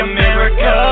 America